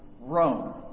Rome